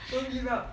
don't give up